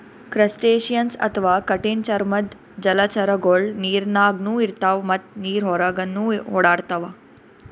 crustaceans ಅಥವಾ ಕಠಿಣ್ ಚರ್ಮದ್ದ್ ಜಲಚರಗೊಳು ನೀರಿನಾಗ್ನು ಇರ್ತವ್ ಮತ್ತ್ ನೀರ್ ಹೊರಗನ್ನು ಓಡಾಡ್ತವಾ